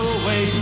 away